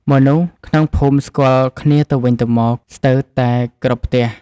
មនុស្សក្នុងភូមិស្គាល់គ្នាទៅវិញទៅមកស្ទើរតែគ្រប់ផ្ទះ។